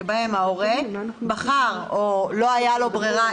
שבהם ההורה בחר או לא הייתה לו ברירה,